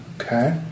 Okay